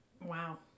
Wow